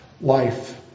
life